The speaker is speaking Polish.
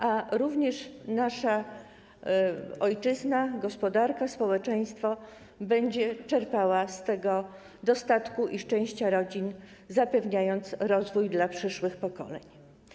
A również nasza ojczyzna, gospodarka, społeczeństwo będą czerpały z tego dostatku i szczęścia rodzin, zapewniając rozwój przyszłym pokoleniom.